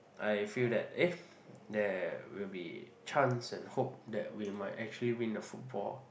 I feel that eh there will be chance and hope that we might actually win the football